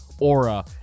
aura